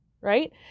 Right